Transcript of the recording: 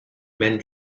men